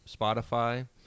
Spotify